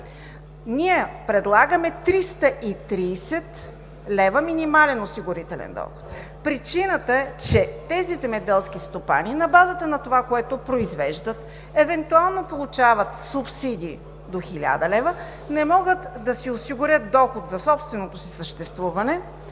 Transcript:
Ние предлагаме 330 лв. минимален осигурителен доход. Причината е, че тези земеделски стопани – на базата на това, което произвеждат, евентуално получават субсидии до 1000 лв., не могат да осигурят доход за собственото си съществуване,